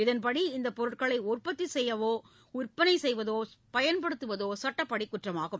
இதன்படி இந்த பொருட்களை உற்பத்தி செய்வதோ விற்பனை செய்வதோ பயன்படுத்துவதோ சட்டப்படி குற்றமாகும்